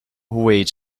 wait